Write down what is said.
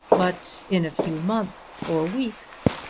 but in a few months or weeks,